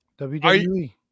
WWE